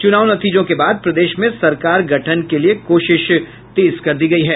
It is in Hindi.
चुनाव नतीजों के बाद प्रदेश में सरकार गठन के लिये कोशिशों तेज कर दी गयी हैं